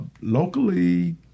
Locally